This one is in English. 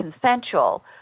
consensual